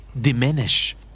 Diminish